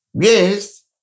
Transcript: Yes